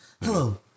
Hello